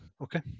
Okay